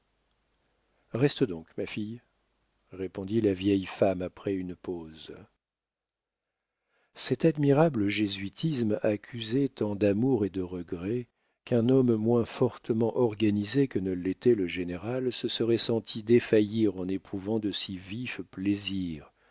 reste donc ma fille répondit la vieille femme après une pause cet admirable jésuitisme accusait tant d'amour et de regrets qu'un homme moins fortement organisé que ne l'était le général se serait senti défaillir en éprouvant de si vifs plaisirs